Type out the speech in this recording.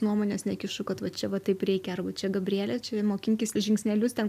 nuomonės nekišu kad va čia va taip reikia arba čia gabriele čia mokinkis žingsnelius ten